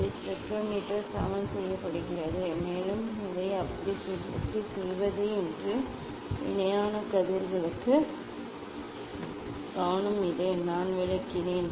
இந்த ஸ்பெக்ட்ரோமீட்டர் சமன் செய்யப்படுகிறது மேலும் அதை எப்படி செய்வது என்று இணையான கதிர்களுக்கான கவனம் இது நான் விளக்கினேன்